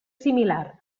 similar